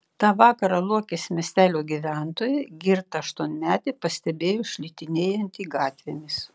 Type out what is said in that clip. tą vakarą luokės miestelio gyventojai girtą aštuonmetį pastebėjo šlitinėjantį gatvėmis